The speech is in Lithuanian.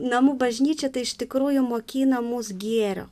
namų bažnyčia tai iš tikrųjų mokina mus gėrio